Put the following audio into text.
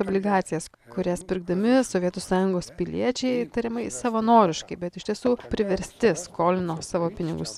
obligacijas kurias pirkdami sovietų sąjungos piliečiai tariamai savanoriškai bet iš tiesų priversti skolino savo pinigus